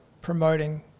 promoting